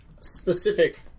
specific